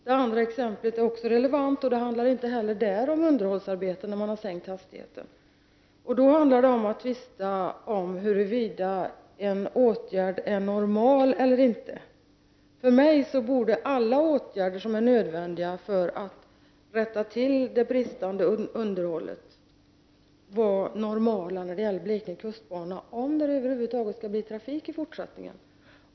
Det andra exemplet är också relevant, och det gäller att hastigheten har sänkts på en sträcka, inte på grund av underhållsarbeten utan på grund av en tvist om huruvida en åtgärd är normal eller inte. För mig är alla åtgärder som är nödvändiga för att rätta till det bristande underhållet normala när det gäller Blekinge kustbana, om det över huvud taget skall bli trafik där i fortsättningen.